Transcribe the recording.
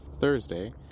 Thursday